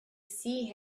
see